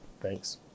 thanks